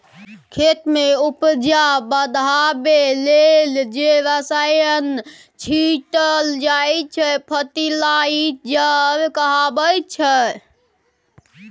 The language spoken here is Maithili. खेत मे उपजा बढ़ाबै लेल जे रसायन छीटल जाइ छै फर्टिलाइजर कहाबै छै